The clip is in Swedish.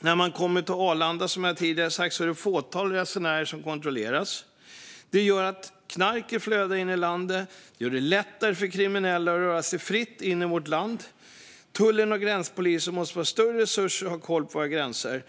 När man kommer till Arlanda, som jag tidigare sa, är det ett fåtal resenärer som kontrolleras. Det gör att knarket flödar in i landet och att det är lättare för kriminella att röra sig fritt in i vårt land. Tullen och gränspolisen måste få större resurser att hålla koll på våra gränser.